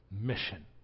mission